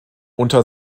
unter